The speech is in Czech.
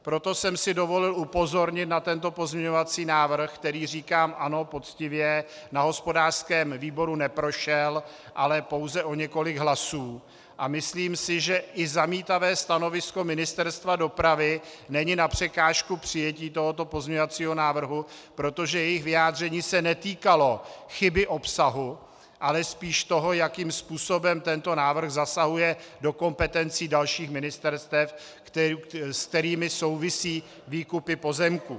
Proto jsem si dovolil upozornit na tento pozměňovací návrh, který, říkám ano, poctivě, na hospodářském výboru neprošel, ale pouze o několik hlasů, a myslím si, že i zamítavé stanovisko Ministerstva dopravy není na překážku přijetí tohoto pozměňovacího návrhu, protože jejich vyjádření se netýkalo chyby obsahu, ale spíš toho, jakým způsobem tento návrh zasahuje do kompetencí dalších ministerstev, s kterými souvisí výkupy pozemků.